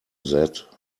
that